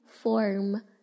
form